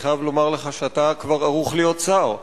אני חייב לומר לך שאתה כבר ערוך להיות שר,